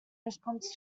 response